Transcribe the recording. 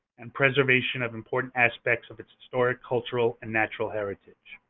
and preservation of important aspects of its historical, cultural, and natural heritage.